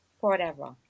forever